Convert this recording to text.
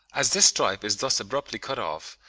as this stripe is thus abruptly cut off,